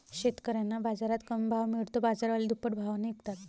शेतकऱ्यांना बाजारात कमी भाव मिळतो, बाजारवाले दुप्पट भावाने विकतात